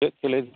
ᱪᱮᱫ ᱯᱮ ᱞᱟᱹᱭᱫᱟ